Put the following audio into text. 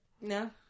No